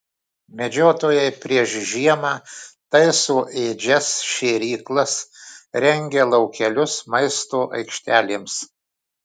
medžiotojai prieš žiemą taiso ėdžias šėryklas rengia laukelius maisto aikštelėms